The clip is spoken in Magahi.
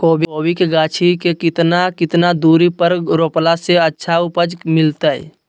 कोबी के गाछी के कितना कितना दूरी पर रोपला से अच्छा उपज मिलतैय?